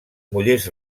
mullers